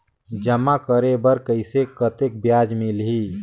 जमा करे बर कइसे कतेक ब्याज मिलही?